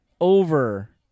over